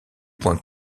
point